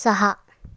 सहा